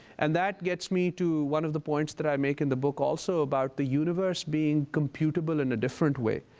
and that gets me to one of the points that i make in the book also about the universe being computable in a different way.